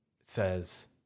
says